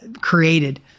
created